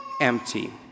empty